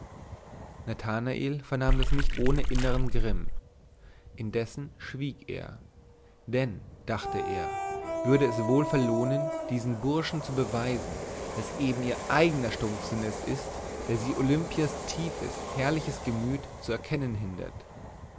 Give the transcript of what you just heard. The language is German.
nathanael vernahm das nicht ohne innern grimm indessen schwieg er denn dachte er würde es wohl verlohnen diesen burschen zu beweisen daß eben ihr eigner stumpfsinn es ist der sie olimpias tiefes herrliches gemüt zu erkennen hindert